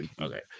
okay